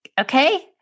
okay